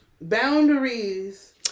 Boundaries